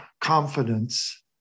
confidence